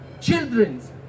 Childrens